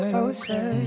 Closer